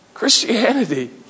Christianity